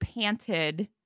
panted